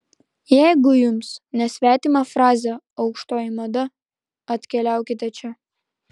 jeigu jums nesvetima frazė aukštoji mada atkeliaukite čia